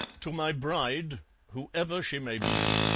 to my bride whoever she may be